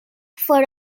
for